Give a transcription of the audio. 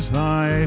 thy